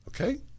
Okay